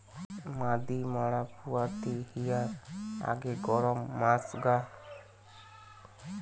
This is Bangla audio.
মাদি ম্যাড়া পুয়াতি হিয়ার আগে গরম মাস গা তে তারুর লম নিয়া হয়